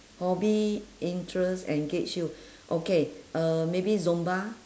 hobby interest engage you okay uh maybe zumba